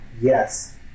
Yes